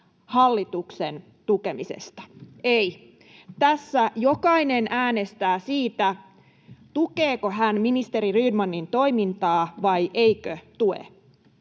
hallituksen tukemisesta. Ei, tässä jokainen äänestää siitä, tukeeko hän ministeri Rydmanin toimintaa vai eikö tue